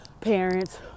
parents